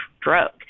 stroke